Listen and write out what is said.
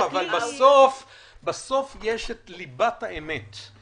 בסוף יש את ליבת האמת,